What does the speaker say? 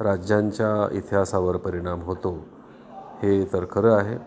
राज्यांच्या इतिहासावर परिणाम होतो हे तर खरं आहे